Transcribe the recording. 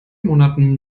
monaten